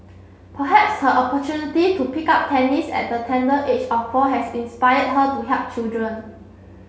perhaps her opportunity to pick up tennis at the tender age of four has inspired her to help children